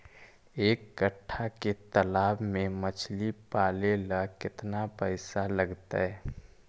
एक कट्ठा के तालाब में मछली पाले ल केतना पैसा लगतै?